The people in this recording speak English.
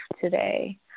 today